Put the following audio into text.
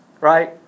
Right